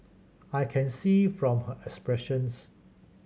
I can see from her expressions